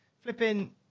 flipping